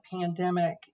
pandemic